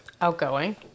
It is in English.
Outgoing